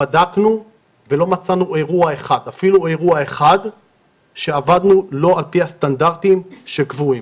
בדקנו ולא מצאנו אפילו אירוע אחד בו עבדנו לא על פי הסטנדרטים הקבועים.